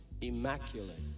immaculate